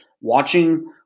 watching